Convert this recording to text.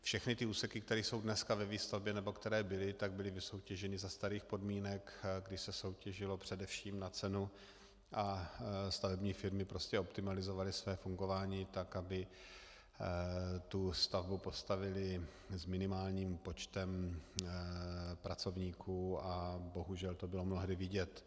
Všechny úseky, které jsou dneska ve výstavbě nebo které byly, byly vysoutěženy za starých podmínek, kdy se soutěžilo především na cenu a stavební firmy prostě optimalizovaly své fungování tak, aby stavbu postavily s minimálním počtem pracovníků, a bohužel to bylo mnohdy vidět.